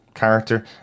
character